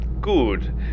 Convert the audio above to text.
Good